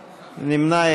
עסקה),